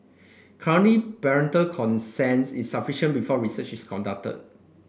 currently parental consent is sufficient before research is conducted